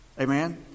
Amen